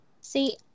See